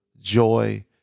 joy